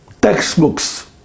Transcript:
textbooks